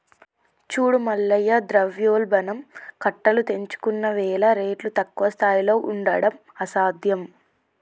చూడు మల్లయ్య ద్రవ్యోల్బణం కట్టలు తెంచుకున్నవేల రేట్లు తక్కువ స్థాయిలో ఉండడం అసాధ్యం